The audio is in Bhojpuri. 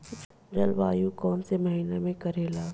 जलवायु कौन महीना में करेला?